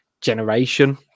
generation